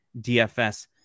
DFS